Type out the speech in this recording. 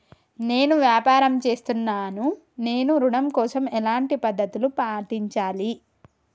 నేను వ్యాపారం చేస్తున్నాను నేను ఋణం కోసం ఎలాంటి పద్దతులు పాటించాలి?